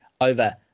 over